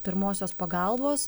pirmosios pagalbos